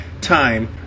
time